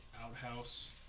outhouse